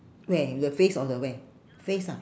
where your face or the where face ah